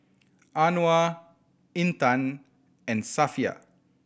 Anuar Intan and Safiya